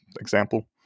example